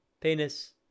Penis